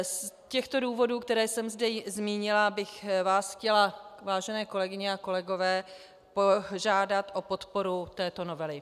Z těchto důvodů, které jsem zde zmínila, bych vás chtěla, vážené kolegyně a kolegové, požádat o podporu této novely.